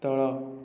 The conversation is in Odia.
ତଳ